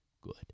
good